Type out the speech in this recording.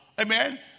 Amen